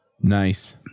Nice